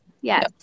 Yes